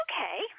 Okay